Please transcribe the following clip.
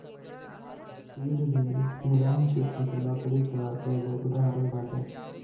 चीड़ भी मुलायम किसिम के लकड़ी कअ एगो उदाहरण बाटे